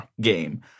game